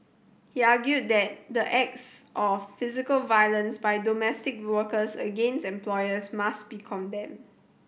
he argued that the acts of physical violence by domestic workers against employers must be condemned